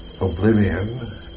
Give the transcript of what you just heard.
oblivion